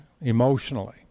emotionally